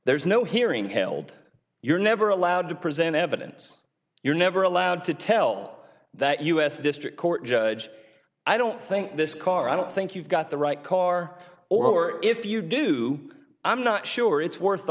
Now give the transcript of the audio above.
there is no hearing held you're never allowed to present evidence you're never allowed to tell that u s district court judge i don't think this car i don't think you've got the right car or if you do i'm not sure it's worth